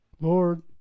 Lord